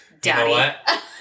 Daddy